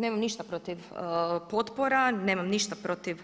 Nemam ništa protiv potpora, nemam ništa protiv